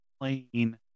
playing